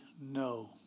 no